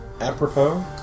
apropos